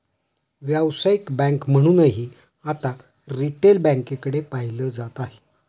व्यावसायिक बँक म्हणूनही आता रिटेल बँकेकडे पाहिलं जात आहे